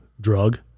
drug